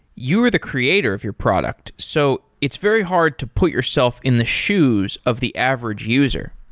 you're the creator of your product, so it's very hard to put yourself in the shoes of the average user.